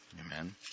Amen